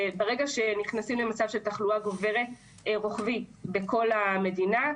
ברגע שנכנסים למצב של תחלואה גוברת ורוחבית בכל המדינה,